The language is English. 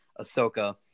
Ahsoka